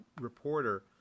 reporter